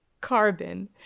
carbon